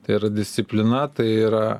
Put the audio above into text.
tai yra disciplina tai yra